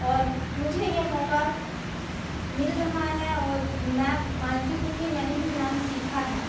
और मुझे यह मौका मिल रहा है और मैं मानती हूँ कि मैंने भी डान्स सीखा है